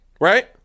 right